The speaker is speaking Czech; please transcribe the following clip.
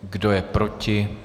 Kdo je proti?